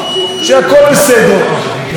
או לפחות הרוב בסדר.